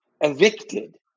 evicted